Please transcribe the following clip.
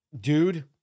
dude